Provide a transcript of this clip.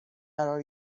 قرار